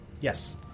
Yes